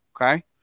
okay